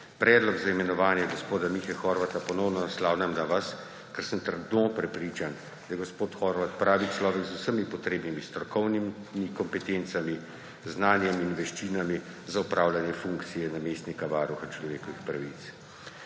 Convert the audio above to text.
Predlog za imenovanje gospoda Mihe Horvata ponovno naslavljam na vas, ker sem trdno prepričan, da je gospod Horvat pravi človek z vsemi potrebnimi strokovni kompetencami, znanjem in veščinami za opravljanje funkcije namestnika varuha človekovih pravic.